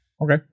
Okay